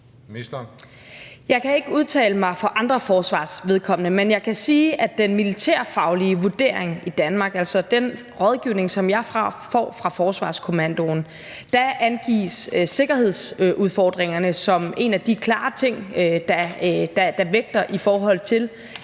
Jeg kan ikke udtale mig for andre forsvars vedkommende, men jeg kan sige, at i den militærfaglige vurdering i Danmark, altså den rådgivning, som jeg får fra Forsvarskommandoen, angives sikkerhedsudfordringerne som en af de klare ting, der vægter, i forhold til